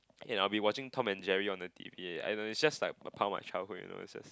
and I'll be watching Tom and Jerry on the T_V eh I know it's just like a part of my childhood you know is just